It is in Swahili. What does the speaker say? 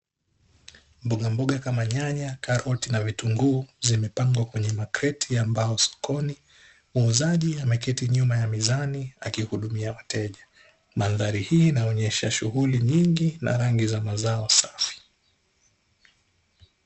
Mboga mboga kama; nyanya, karoti na vitunguu zimepangwa kwenye makreti ya mbao sokoni, muuzaji ameketi nyuma ya mizani akihudumia wateja. Mandhari hii inaonyesha shughuli nyingi na rangi za mazao safi.